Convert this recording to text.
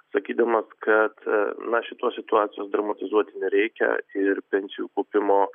sakydamas kad na šitos situacijos dramatizuoti nereikia ir pensijų kaupimo